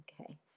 okay